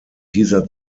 dieser